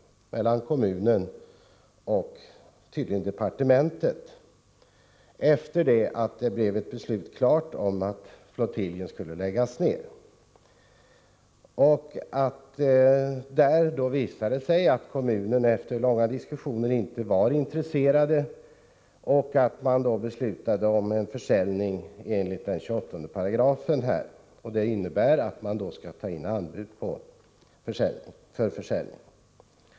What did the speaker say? Mellan kommunen och tydligen departementet har förts långa diskussioner, sedan beslutet blev klart om att flottiljen skulle läggas ned. Det visade sig då att kommunen inte var intresserad, utan man beslöt om en försäljning enligt 28§ i förordningen om försäljning av staten tillhörig fast egendom, m.m. Det innebär att man skall ta in anbud för försäljning.